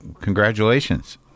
congratulations